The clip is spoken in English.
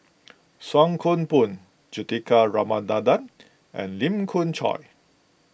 Song Koon Poh Juthika Ramanathan and Lee Khoon Choy